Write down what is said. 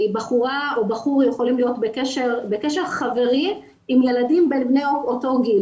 בחורה או בחור יכולים להיות בקשר חברי עם ילדים בני אותו גיל.